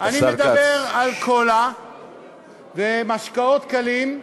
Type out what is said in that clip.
אני מדבר על קולה ומשקאות קלים,